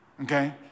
okay